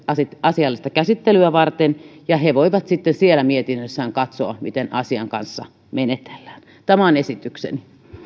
asiallista käsittelyä varten he voivat sitten siellä mietinnössään katsoa miten asian kanssa menetellään tämä on esitykseni